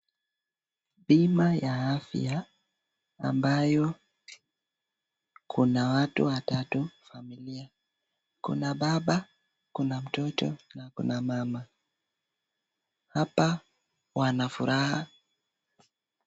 Bima ya afya ambayo kuna watu watatu familia. Kuna baba, kuna mtoto na kuna mama. Hapa wana furaha.